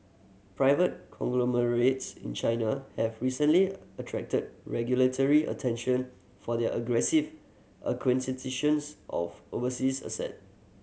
private conglomerates in China have recently attracted regulatory attention for their aggressive acquisitions of overseas asset